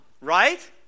Right